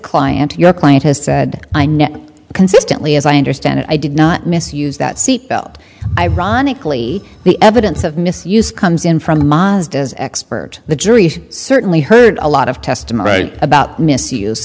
client your client has said i know consistently as i understand it i did not misuse that seatbelt ironically the evidence of misuse comes in from mazda's expert the jury certainly heard a lot of testimony about misuse